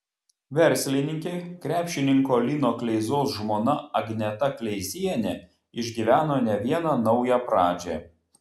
verslininkė krepšininko lino kleizos žmona agneta kleizienė išgyveno ne vieną naują pradžią